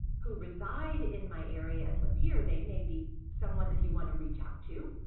who reside in my area and live here, they may be someone that you want to reach out to.